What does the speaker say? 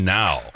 now